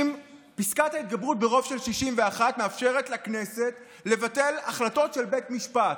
פסקת ההתגברות ברוב של 61 מאפשרת לכנסת לבטל החלטות של בית משפט,